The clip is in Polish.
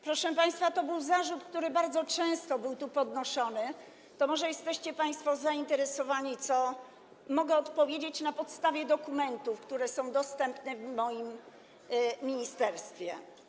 Proszę państwa, to był zarzut, który bardzo często był tu podnoszony, więc może jesteście państwo zainteresowani tym, co mogę odpowiedzieć na podstawie dokumentów, które są dostępne w moim ministerstwie.